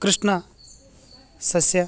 ಕೃಷ್ಣ ಸಸ್ಯ